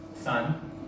son